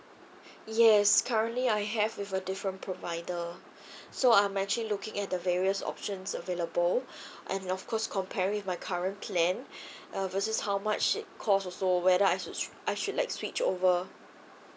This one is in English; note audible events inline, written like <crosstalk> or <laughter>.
yes currently I have with a different provider <breath> so I'm actually looking at the various options available and of course compare with my current plan <breath> uh versus how much it cost also whether I should s~ I should like switch over